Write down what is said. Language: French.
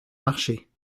marché